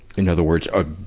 in other words, ah